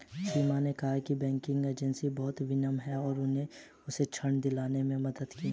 सीमा ने कहा कि बैंकिंग एजेंट बहुत विनम्र हैं और उन्होंने उसे ऋण दिलाने में मदद की